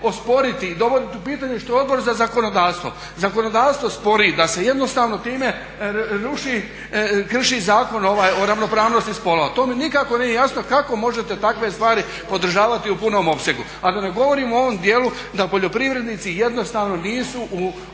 osporiti i dovoditi u pitanje što je Odbor za zakonodavstvo. Zakonodavstvo spori da se jednostavno time ruši, krši Zakon o ravnopravnosti spolova. To mi nikako nije jasno kako možete takve stvari podržavati u punom opsegu, a da ne govorim o ovom dijelu da poljoprivrednici jednostavno nisu u